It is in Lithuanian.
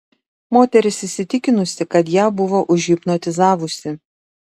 moteris įsitikinusi kad ją buvo užhipnotizavusi